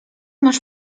masz